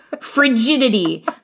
Frigidity